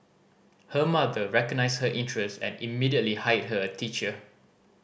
her mother recognised her interest and immediately hired her a teacher